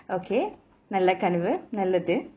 okay நல்ல கனவு நல்லது:nalla kanavu nallathu